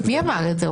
מי אמר את זה?